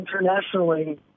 internationally